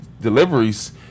deliveries